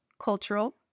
cultural